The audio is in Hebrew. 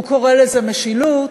הוא קורא לזה משילות,